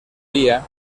día